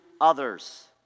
others